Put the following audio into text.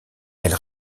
elle